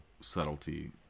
subtlety